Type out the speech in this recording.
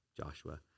Joshua